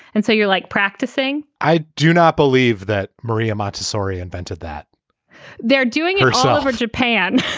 and so you're like practicing i do not believe that. maria montessori invented that they're doing herself for japan.